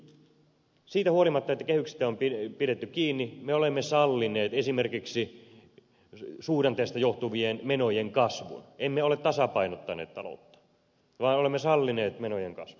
eli siitä huolimatta että kehyksistä on pidetty kiinni me olemme sallineet esimerkiksi suhdanteista johtuvien menojen kasvun emme ole tasapainottaneet taloutta vaan olemme sallineet menojen kasvun